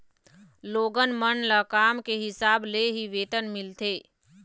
लोगन मन ल काम के हिसाब ले ही वेतन मिलथे